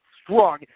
Strong